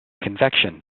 convection